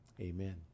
Amen